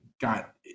got